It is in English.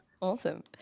Awesome